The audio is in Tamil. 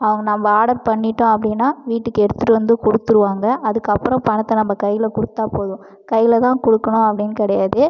அவங்க நம்ம ஆர்டர் பண்ணிட்டோம் அப்படின்னா வீட்டுக்கு எடுத்துட்டு வந்து கொடுத்துடுவாங்க அதுக்கு அப்புறம் பணத்தை நம்ம கையில் கொடுத்தா போதும் கையில் தான் கொடுக்குணும் அப்படினு கிடயாது